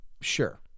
Sure